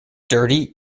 dirty